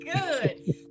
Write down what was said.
good